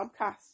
podcast